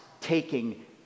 taking